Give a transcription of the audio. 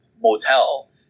motel